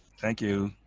thank you.